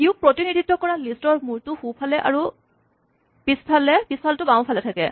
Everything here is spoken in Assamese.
কিউ ক প্ৰতিনিধিত্ব কৰা লিষ্টৰ মূৰটো সোঁফালে আৰু পিচফালটো বাওঁফালে থাকে